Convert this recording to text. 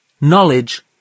knowledge